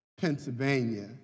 Pennsylvania